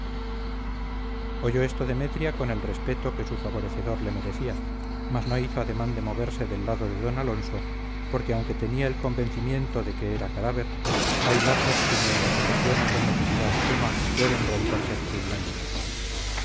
oyó esto demetria con el respeto que su favorecedor le merecía mas no hizo ademán de moverse del lado de d alonso pues aunque tenía el convencimiento de que era cadáver hay lazos que ni en las ocasiones de necesidad suma pueden romperse fácilmente